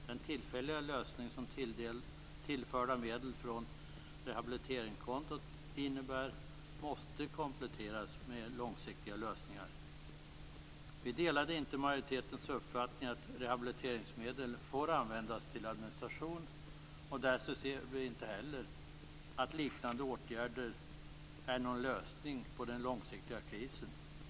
Den tillfälliga lösning som tillförda medel från rehabiliteringskontot innebär måste kompletteras med långsiktiga lösningar. Vi delade inte majoritetens uppfattning att rehabiliteringsmedel får användas till administration och därför ser vi inte heller att liknande åtgärder är någon lösning på den långsiktiga krisen.